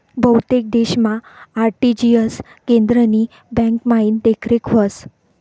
बहुतेक देशमा आर.टी.जी.एस केंद्रनी ब्यांकमाईन देखरेख व्हस